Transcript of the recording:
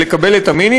סדר-היום.